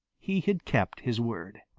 he had kept his word.